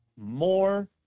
more